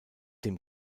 dem